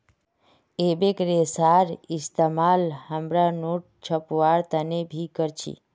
एबेक रेशार इस्तेमाल हमरा नोट छपवार तने भी कर छी